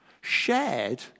shared